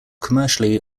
commercially